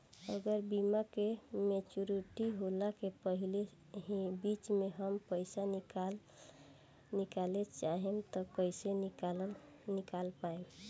अगर बीमा के मेचूरिटि होला के पहिले ही बीच मे हम पईसा निकाले चाहेम त कइसे निकाल पायेम?